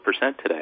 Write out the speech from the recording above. today